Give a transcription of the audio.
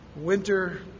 Winter